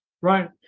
Right